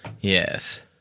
Yes